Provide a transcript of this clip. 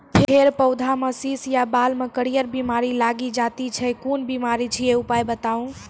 फेर पौधामें शीश या बाल मे करियर बिमारी लागि जाति छै कून बिमारी छियै, उपाय बताऊ?